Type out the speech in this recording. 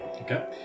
Okay